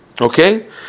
Okay